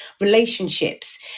relationships